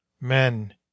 men